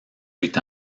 huit